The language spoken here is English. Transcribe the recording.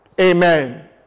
Amen